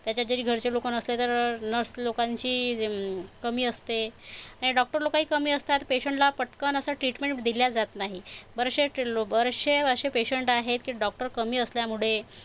त्याच्या जरी घरचे लोकं नसले तर नर्स लोकांची कमी असते डॉक्टर लोकही कमी असतात पेशंटला पटकन असं ट्रीटमेंट दिली जात नाही बरेचसे लोकं बरेचसे अशे पेशंट आहे की डॉक्टर कमी असल्यामुळे